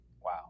Wow